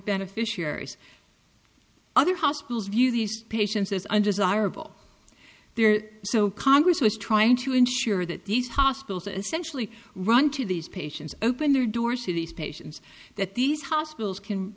beneficiaries other hospitals view these patients as undesirable so congress was trying to ensure that these hospitals essentially run to these patients open their doors to these patients that these hospitals can